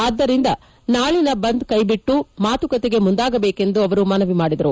ಆದ್ದರಿಂದ ನಾಳಿನ ಬಂದ್ ಆಚರಣೆಯನ್ನು ಕೈಬಿಟ್ಟು ಮಾತುಕತೆಗೆ ಮುಂದಾಗಬೇಕು ಎಂದು ಅವರು ಮನವಿ ಮಾಡಿದರು